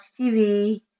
TV